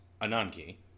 Anarchy